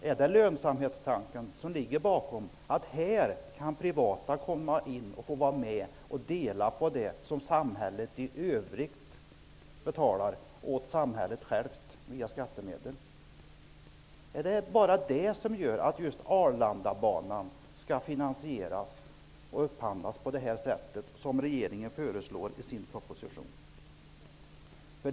Beror det på lönsamhetstanken -- här kan privata få vara med och dela på det som samhället i övrigt betalar åt samhället självt via skattemedel? Är det bara det som gör att just Arlandabanan skall finansieras och upphandlas på det sätt som regeringen föreslår i sin proposition?